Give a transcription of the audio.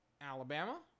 Alabama